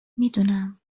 میدونم